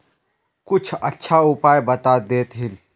कुछ अच्छा उपाय बता देतहिन?